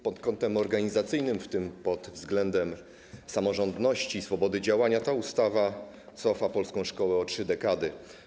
Pod kątem organizacyjnym, w tym pod względem samorządności i swobody działania, ta ustawa cofa polską szkołę o trzy dekady.